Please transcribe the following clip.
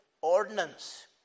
ordinance